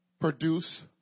produce